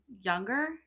Younger